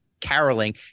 caroling